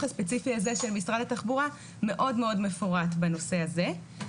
הספציפי הזה של משרד התחבורה מאוד מאוד מפורט בנושא הזה.